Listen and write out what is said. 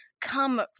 come